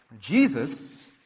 Jesus